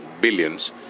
billions